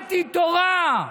אנטי-תורה.